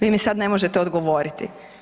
Vi mi sad ne možete odgovoriti.